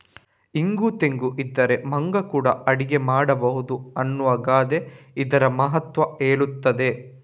ಇಂಗು ತೆಂಗು ಇದ್ರೆ ಮಂಗ ಕೂಡಾ ಅಡಿಗೆ ಮಾಡ್ಬಹುದು ಅನ್ನುವ ಗಾದೆ ಇದ್ರ ಮಹತ್ವ ಹೇಳ್ತದೆ